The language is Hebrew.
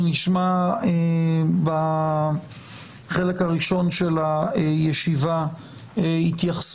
אנחנו נשמע בחלק הראשון של הישיבה התייחסויות